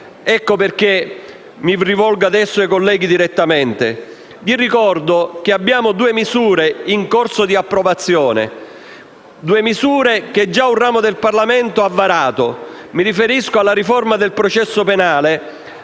ecco perché mi rivolgo direttamente ai colleghi. Vi ricordo che abbiamo due misure in corso di approvazione, due misure che un ramo del Parlamento ha già varato. Mi riferisco alla riforma del processo penale,